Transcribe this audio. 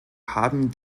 haben